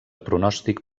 pronòstic